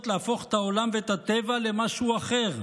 להפוך את העולם ואת הטבע למשהו אחר.